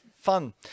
fun